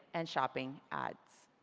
and shopping ads.